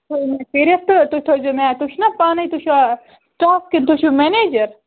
تھٲوِو مےٚ کٔرِتھ تہٕ تُہۍ تھٲوزیٚو مےٚ تُہۍ چھُو نہٕ پانَے تُہۍ چھُوا سِٹاف کِنہٕ تُہۍ چھُو مٮیٚنیجَر